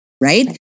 right